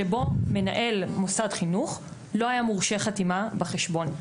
ובו מנהל מוסד חינוך לא היה מורשה חתימה בחשבון.